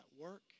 work